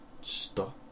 stop